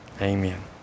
Amen